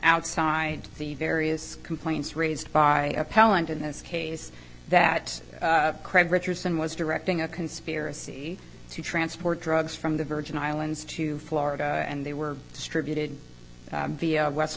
outside the various complaints raised by appellant in this case that richardson was directing a conspiracy to transport drugs from the virgin islands to florida and they were distributed via west